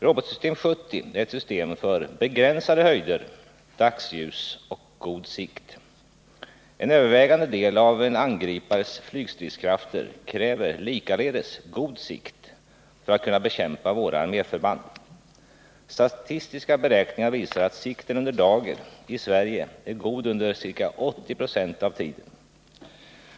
Robotsystem 70 är ett system för begränsade höjder, dagsljus och god sikt. En övervägande del av en angripares flygstridskrafter kräver likaledes god sikt för att kunna bekämpa våra arméförband. Statistiska beräkningar visar att sikten under dager i Sverige är god under ca 80 90 av tiden.